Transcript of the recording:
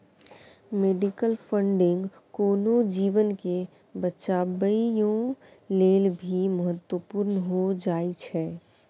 medical funding कोनो जीवन के बचाबइयो लेल भी महत्वपूर्ण हो जाइ छइ